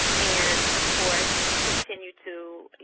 and of course continue to